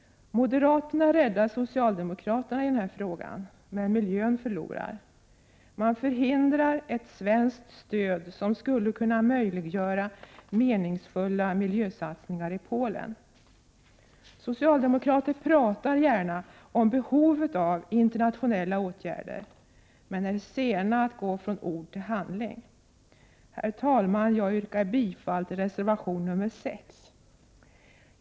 Moderaterna räddar socialdemokraterna i denna fråga men miljön förlorar. De förhindrar ett svenskt stöd som skulle kunna möjliggöra meningsfulla miljösatsningar i Polen. Socialdemokrater talar gärna om behovet av internationella åtgärder men är sena att gå från ord till handling. Herr talman! Jag yrkar bifall till reseration nr 6.